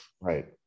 Right